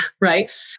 right